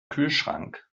kühlschrank